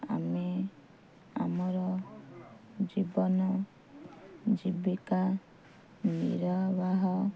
ଆମେ ଆମର ଜୀବନ ଜୀବିକା ନିର୍ବାହ